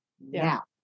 now